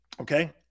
Okay